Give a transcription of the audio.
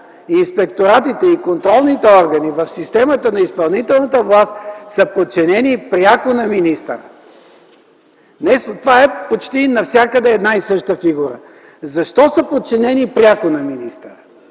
инспекторатите и контролните органи в системата на изпълнителната власт са подчинени пряко на министъра. Това е почти навсякъде една и съща фигура. Защо са подчинени пряко на министъра?